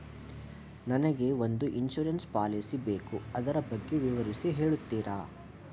ನನಗೆ ಒಂದು insurance policy ಬೇಕು ಅದರ ಬಗ್ಗೆ ವಿವರಿಸಿ ಹೇಳುತ್ತೀರಾ?